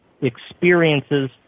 experiences